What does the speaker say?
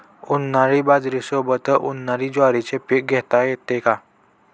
उन्हाळी बाजरीसोबत, उन्हाळी ज्वारीचे पीक घेता येते का?